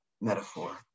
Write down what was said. metaphor